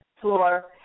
floor